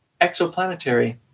exoplanetary